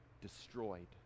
destroyed